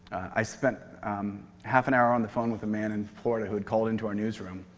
i spent half an hour on the phone with a man in florida who had called into our newsroom,